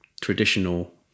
traditional